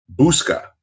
Busca